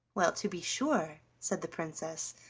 well to be sure, said the princess,